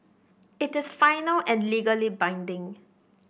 it is final and legally binding